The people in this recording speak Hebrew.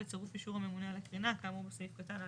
בצירוף אישור הממונה על הקרינה כאמור בסעיף קטן (א)(2).